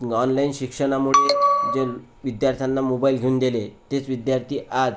online शिक्षणामुळे जे विद्यार्थ्यांना मोबाईल घेऊन दिले तेच विद्यार्थी आज